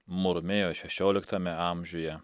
murmėjo šešioliktame amžiuje